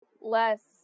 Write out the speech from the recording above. less